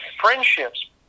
friendships